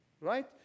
right